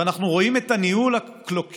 ואנחנו רואים את הניהול הקלוקל,